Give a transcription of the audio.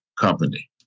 company